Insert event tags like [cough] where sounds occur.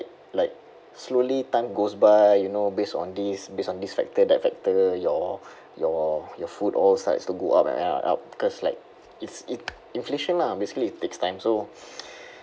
like slowly time goes by you know based on this based on this factor that factor your your your food all starts to go up and up and up because like it's it inflation lah basically it takes time so [breath]